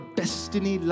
destiny